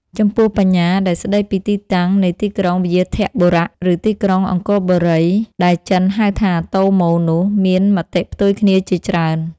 ចំពោះបញ្ញាដែលស្តីពីទីតាំងនៃទីក្រុង វ្យាធបុរៈ ឬ ទីក្រុងអង្គរបូរី ដែលចិន ហៅថា តូមូ នោះ មានមតិផ្ទុយគ្នាជាច្រើន។